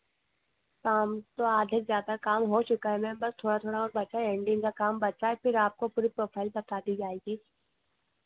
तो आधे से ज़्यादा काम हो चुका है मैम बस थोड़ा थोड़ा और बचा है एन्डिंग का काम बचा है फिर आपको पूरी प्रोफाइल बता दी जाएगी